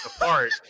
apart